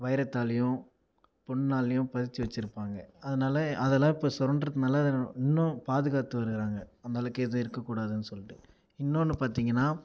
வைரத்தாலையும் பொன்னாலையும் பதிச்சு வச்சுருப்பாங்க அதனாலே அதெல்லாம் இப்போ சுரண்டுறதுனால இன்னும் பாதுகாத்து வருகிறாங்க அந்தளவுக்கு எதுவும் இருக்கக் கூடாதுன்னு சொல்லிட்டு இன்னொன்று பார்த்தீங்கன்னா